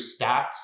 stats